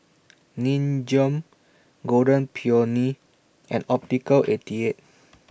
Nin Jiom Golden Peony and Optical eighty eight